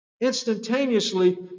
instantaneously